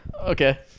okay